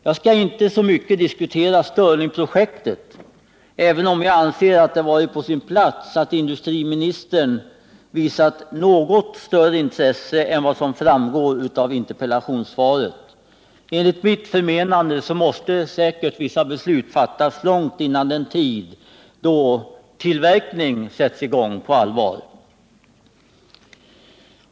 Jag skall inte så mycket diskutera stirlingprojektet, även om jag anser att det varit på sin plats att industriministern visat något större intresse än vad som framgår av interpellationssvaret. Enligt mitt törmenande måste säkert vissa beslut fattas långt före den tidpunkt då tillverkning sätts i gång på allvar.